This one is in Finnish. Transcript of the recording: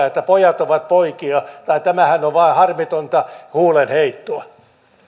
että pojat ovat poikia tai tämähän on vain harmitonta huulenheittoa